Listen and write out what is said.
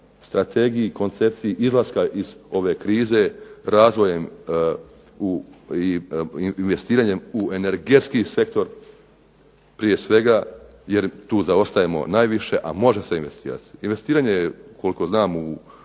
strategiji, koncepciji izlaska iz ove krize razvojem i investiranjem u energetski sektor, prije svega jer tu zaostajemo najviše, a može se investirati. Investiranje je, koliko znam, u